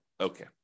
Okay